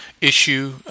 issue